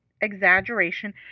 exaggeration